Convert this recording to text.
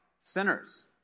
sinners